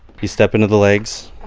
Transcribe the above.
you step into the legs,